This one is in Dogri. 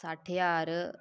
सट्ठ ज्हार